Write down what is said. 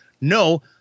No